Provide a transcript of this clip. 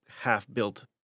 half-built